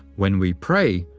when we pray,